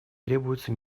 требуется